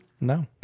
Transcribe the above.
No